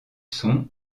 son